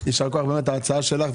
יישר כוח על ההצעה שלך,